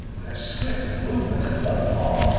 with a swift movement of one paw,